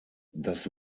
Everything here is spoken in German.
das